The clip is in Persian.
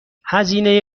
هزینه